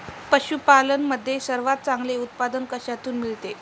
पशूपालन मध्ये सर्वात चांगले उत्पादन कशातून मिळते?